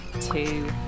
two